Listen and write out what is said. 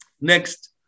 Next